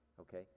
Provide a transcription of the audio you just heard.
okay